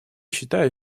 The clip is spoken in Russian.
считает